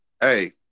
Hey